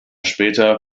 später